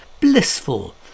blissful